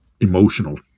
emotional